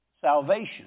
salvation